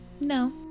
No